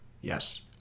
Yes